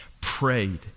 prayed